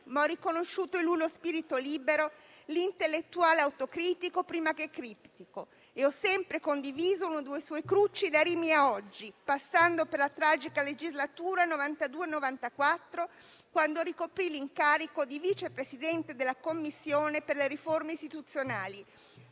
Ho riconosciuto in lui lo spirito libero, l'intellettuale autocritico, prima che criptico, e ho sempre condiviso uno dei suoi crucci da Rimini a oggi, passando per la tragica legislatura 1992-1994, quando ricoprì l'incarico di vicepresidente della Commissione per le riforme istituzionali: